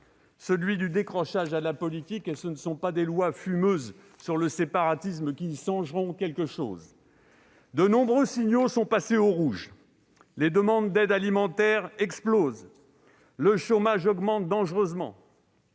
celui du décrochage à la politique, et ce ne sont pas des lois fumeuses sur le séparatisme qui y changeront quelque chose ! De nombreux voyants sont passés au rouge. Les demandes d'aide alimentaire explosent. Le chômage augmente dangereusement.